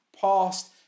past